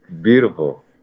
beautiful